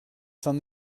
saint